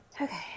okay